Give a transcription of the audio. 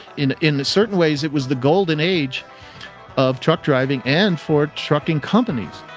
in in certain ways it was the go lden age of truck driving and for trucking companies.